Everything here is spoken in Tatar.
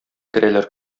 керәләр